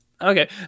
Okay